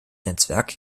netzwerk